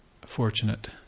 fortunate